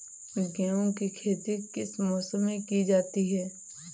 गेहूँ की खेती किस मौसम में की जाती है?